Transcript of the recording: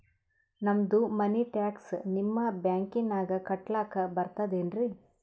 ನಮ್ದು money tax ನಿಮ್ಮ ಬ್ಯಾಂಕಿನಾಗ ಕಟ್ಲಾಕ ಬರ್ತದೇನ್ರಿ?